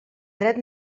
dret